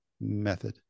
method